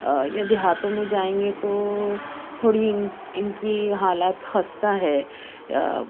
یا دیہاتوں میں جائیں گے تو تھوڑی ان کی حالت خستہ ہے